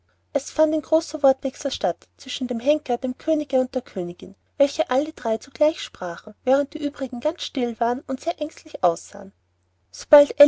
es fand ein großer wortwechsel statt zwischen dem henker dem könige und der königin welche alle drei zugleich sprachen während die uebrigen ganz still waren und sehr ängstlich aussahen